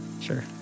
Sure